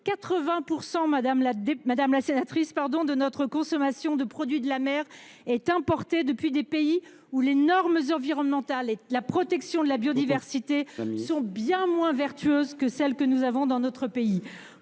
80 % de notre consommation de produits de la mer est importée depuis des pays où les normes environnementales et la protection de la biodiversité sont bien moins vertueuses que celles que nous avons dans notre pays.